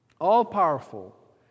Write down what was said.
all-powerful